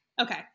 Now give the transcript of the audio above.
okay